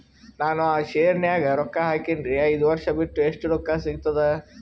ನಾನು ಆ ಶೇರ ನ್ಯಾಗ ರೊಕ್ಕ ಹಾಕಿನ್ರಿ, ಐದ ವರ್ಷ ಬಿಟ್ಟು ಎಷ್ಟ ರೊಕ್ಕ ಸಿಗ್ತದ?